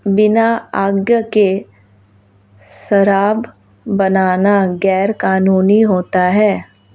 बिना आज्ञा के शराब बनाना गैर कानूनी होता है